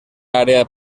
área